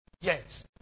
Yes